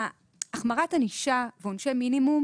החמרת ענישה ועונשי מינימום